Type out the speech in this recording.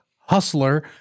hustler